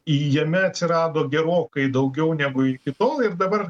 jame atsirado gerokai daugiau negu iki tol ir dabar